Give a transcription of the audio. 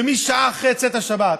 ומשעה אחרי צאת השבת,